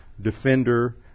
defender